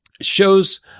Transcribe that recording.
shows